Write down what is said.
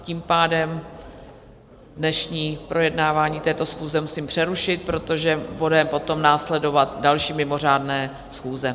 Tím pádem dnešní projednávání této schůze musím přerušit, protože budou potom následovat další mimořádné schůze.